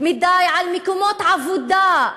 מדי על מקומות עבודה.